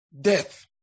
Death